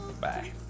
bye